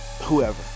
whoever